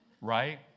right